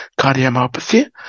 cardiomyopathy